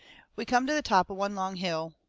we come to the top of one long hill,